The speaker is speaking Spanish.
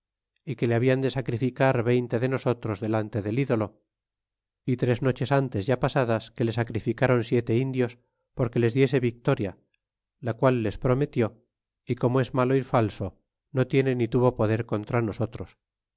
y que le habian de sacrificar veinte de nosotros delante del ídolo y tres noches antes ya pasadas que le sacrificaron siete indios porque les diese victoria la qual les prometió y como es malo y falso no tiene ni tuvo poder contra nosotros